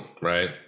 Right